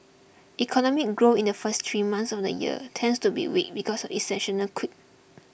economic growth in the first three months of the year tends to be weak because of a seasonal quirk